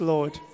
Lord